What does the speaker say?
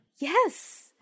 Yes